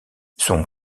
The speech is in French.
son